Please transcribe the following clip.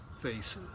faces